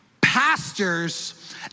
pastors